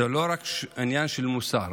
זה לא רק עניין של מוסר